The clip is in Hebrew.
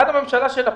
עד הממשלה של לפיד,